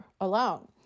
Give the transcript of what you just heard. alone